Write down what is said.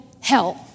hell